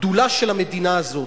הגדולה של המדינה הזאת,